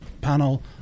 panel